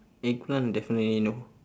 eggplant definitely no